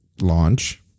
launch